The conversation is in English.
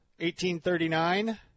1839